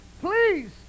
please